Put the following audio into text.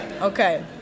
Okay